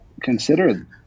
consider